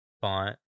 font